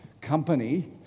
company